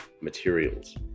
materials